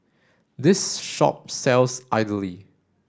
this shop sells idly